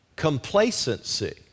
complacency